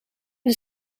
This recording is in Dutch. een